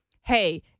hey